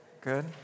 Good